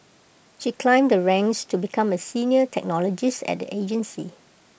she climbed the ranks to become A senior technologist at the agency